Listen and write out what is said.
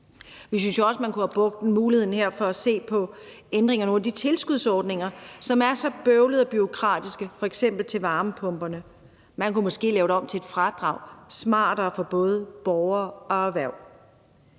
Vi synes også, man kunne have brugt muligheden her for at se på en ændring af nogle af de tilskudsordninger, som er så bøvlede og bureaukratiske, f.eks. til varmepumper. Man kunne måske lave det om til et fradrag – smartere for både borgere og erhverv.